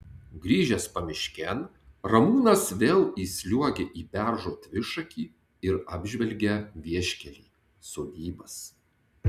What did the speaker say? grįžęs pamiškėn ramūnas vėl įsliuogia į beržo dvišakį ir apžvelgia vieškelį sodybas